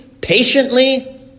patiently